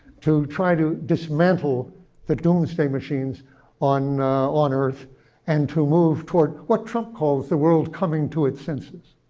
to try to dismantle the doomsday machines on on earth and to move toward what trump calls the world coming to its senses.